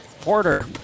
Porter